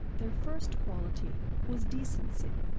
their first quality was decency.